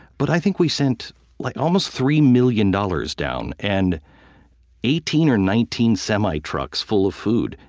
but i think we sent like almost three million dollars down and eighteen or nineteen semi trucks full of food.